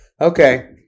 okay